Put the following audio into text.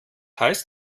heißt